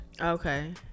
Okay